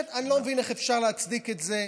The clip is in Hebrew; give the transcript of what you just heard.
באמת, אני לא מבין איך אפשר להצדיק את זה.